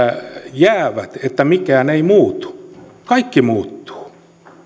jäävät niin mikään ei muutu kaikki muuttuu